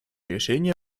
решения